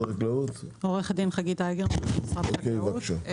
החקלאות, בבקשה.